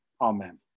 Amen